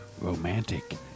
romantic